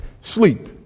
Sleep